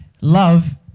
love